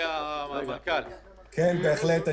כן, בהחלט.